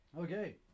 okay